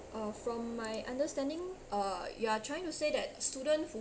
uh from my understanding uh you are trying to say that student who